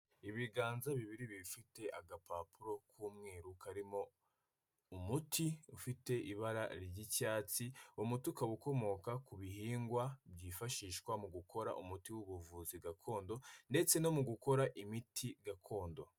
Ibiganza bibiri bifite agapapuro k'umweru karimo umuti ufite ibara ry'icyatsi, uwo muti ukaba ukomoka ku bihingwa byifashishwa mu gukora umuti w'ubuvuzi gakondo, ndetse no mu gukora imiti gakondo.